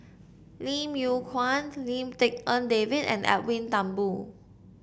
Lim Yew Kuan Lim Tik En David and Edwin Thumboo